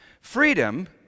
freedom